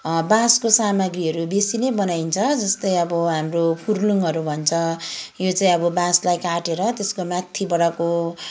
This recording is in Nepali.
बाँसको सामाग्रीहरू बेसी नै बनाइन्छ जस्तै अब हाम्रो फुर्लुङहरू भन्छ यो चाहिँ अब बाँसलाई काटेर त्यसको माथिबाटको